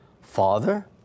Father